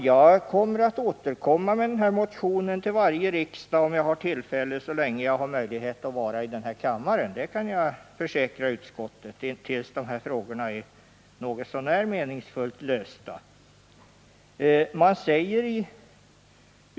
Jag kommer att återkomma med den här motionen till varje riksmöte så länge jag har möjlighet att vara här i kammaren och tills de här frågorna är något så när meningsfullt lösta — det kan jag försäkra utskottet.